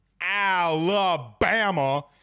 Alabama